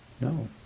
No